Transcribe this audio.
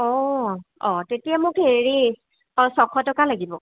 অ অ তেতিয়া মোক হেৰি অ ছশ টকা লাগিব